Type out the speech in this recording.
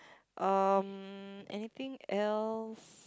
um anything else